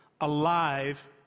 alive